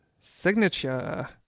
signature